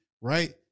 right